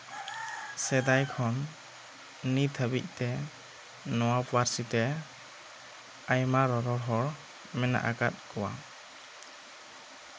ᱥᱮᱫᱟᱭ ᱠᱷᱚᱱ ᱱᱤᱛ ᱦᱟᱹᱵᱤᱡ ᱛᱮ ᱱᱚᱶᱟ ᱯᱟᱨᱥᱤ ᱛᱮ ᱟᱭᱢᱟ ᱨᱚᱨᱚᱲ ᱦᱚᱲ ᱢᱮᱱᱟᱜ ᱟᱠᱟᱫ ᱠᱚᱣᱟ